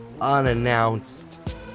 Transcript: unannounced